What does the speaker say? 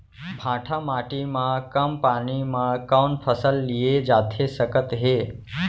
भांठा माटी मा कम पानी मा कौन फसल लिए जाथे सकत हे?